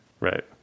Right